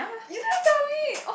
you never tell me